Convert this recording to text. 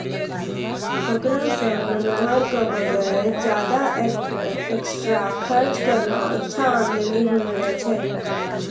हेकरा सॅ मनोहर कॅ वगैर ज्यादा एक्स्ट्रा खर्च करनॅ अच्छा आमदनी होय रहलो छै